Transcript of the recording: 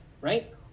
right